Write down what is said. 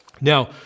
Now